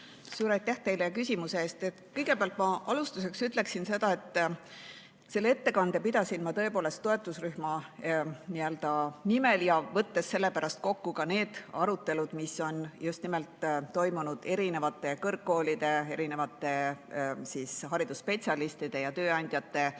Suur aitäh teile küsimuse eest! Kõigepealt ma alustuseks ütleksin seda, et selle ettekande pidasin ma tõepoolest toetusrühma nimel, võttes sellepärast kokku ka need arutelud, mis on just nimelt toimunud koos kõrgkoolide, haridusspetsialistide ja tööandjate